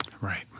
Right